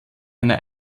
einer